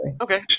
Okay